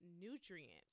nutrients